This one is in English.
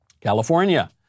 California